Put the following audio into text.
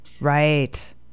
Right